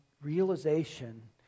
realization